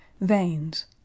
Veins